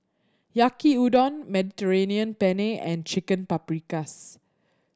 Yaki Udon Mediterranean Penne and Chicken Paprikas